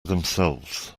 themselves